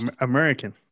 American